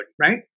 right